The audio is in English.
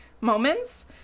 moments